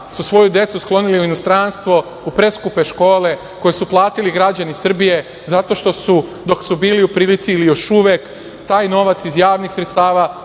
su svoju decu sklonili u inostranstvo, u preskupe škole, koje su platili građani Srbije, zato što su dok su bili u prilici ili još uvek taj novac iz javnih sredstava